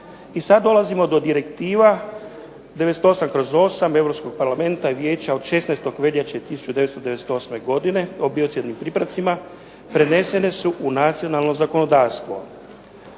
I sad dolazimo do direktiva 98/8 Europskog parlamenta i vijeća od 16. veljače 1998. godine o biocidnim pripravcima prenesene su u nacionalno zakonodavstvo.